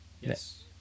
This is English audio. Yes